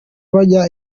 bajya